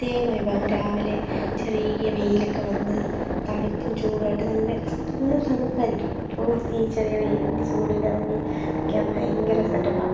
പ്രത്യേകം വൈബാണ് അത് രാവിലെ ചെറിയ വെയിലൊക്കെ വന്ന് തണുപ്പും ചൂടുമായിട്ട് നല്ല നല്ല തണുപ്പായിരിക്കും അപ്പോള് ഈ ചെറിയ വെയിലിൻ്റെ ചൂടിലിറങ്ങി ഇരിക്കാൻ ഭയങ്കര സെറ്റപ്പാണ്